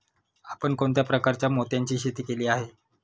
आपण कोणत्या प्रकारच्या मोत्यांची शेती केली आहे?